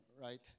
right